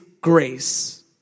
grace